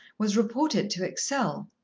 was reported to excel.